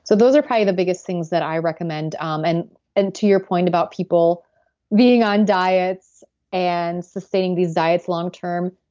so those are probably the biggest things that i recommend um and and to your point about people being on diets and sustaining these diets long-term,